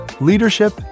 Leadership